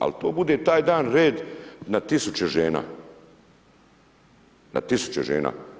Ali to bude taj dan red na tisuće žena, na tisuće žena.